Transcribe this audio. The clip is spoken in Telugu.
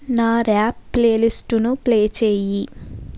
నా ర్యాప్ ప్లేలిస్టును ప్లే చేయి